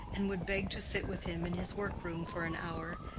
and would beg to sit with him in his workroom for an hour,